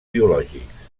biològics